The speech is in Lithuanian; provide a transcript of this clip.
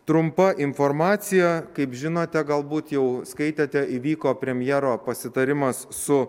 trumpa informacija kaip žinote galbūt jau skaitėte įvyko premjero pasitarimas su